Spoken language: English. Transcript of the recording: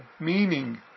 Meaning